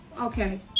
Okay